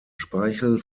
speichel